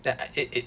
that I it it